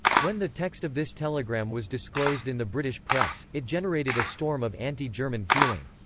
when the text of this telegram was disclosed in the british press, it generated a storm of anti-german feeling.